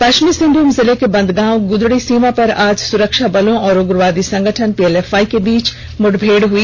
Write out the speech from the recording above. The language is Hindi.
पष्चिमी सिंहभूम जिले के बंदगांव ग्रदड़ी सीमा पर आज स्रक्षा बलों और उग्रवादी संगठन पीएलएफआई के बीच मुठभेड़ हुई